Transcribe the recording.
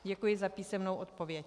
Děkuji za písemnou odpověď.